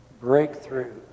Breakthrough